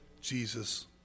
Jesus